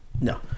No